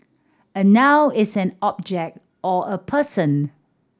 a noun is an object or a person